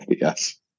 Yes